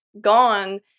gone